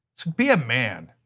be a man,